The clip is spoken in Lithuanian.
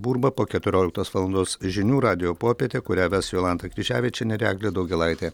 burba po keturioliktos valandos žinių radijo popietė kurią ves jolanta kryževičienė ir eglė daugėlaitė